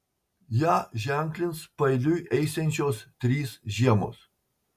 ją ženklins paeiliui eisiančios trys žiemos